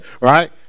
right